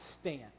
stand